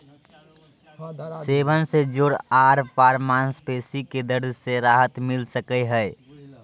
सेवन से जोड़ आर मांसपेशी के दर्द से राहत मिल सकई हई